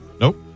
Nope